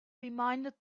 reminded